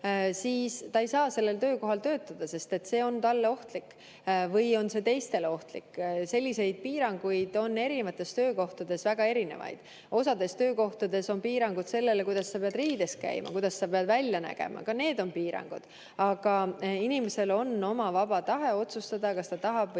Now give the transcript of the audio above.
siis ta ei saa sellel töökohal töötada, sest see on talle ohtlik või see on teistele ohtlik. Selliseid piiranguid on erinevates töökohtades väga erinevaid. Osades töökohtades on piirangud sellele, kuidas sa pead riides käima, kuidas sa pead välja nägema. Ka need on piirangud. Aga inimesel on vaba tahe otsustada, kas ta tahab